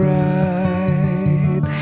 right